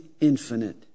infinite